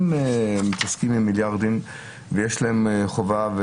מתעסקים עם מיליארדים ויש להם חובה,